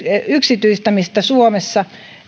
yksityistämistä suomessa